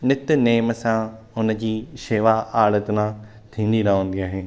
नित नेमि सां हुनजी सेवा आराधना थींदी रहंदी आहे